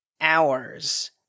hours